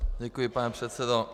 Děkuji, pane předsedo.